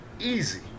Easy